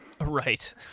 Right